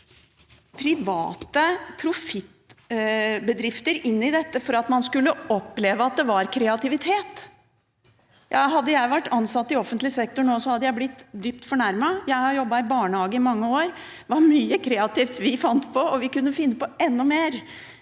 private profittbedrifter inn i dette for at man skulle oppleve at det var kreativitet. Hadde jeg vært ansatt i offentlig sektor nå, hadde jeg blitt dypt fornærmet. Jeg har jobbet i barnehage i mange år. Det var mye kreativt vi fant på, og vi kunne funnet på enda mer